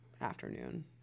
afternoon